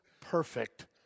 perfect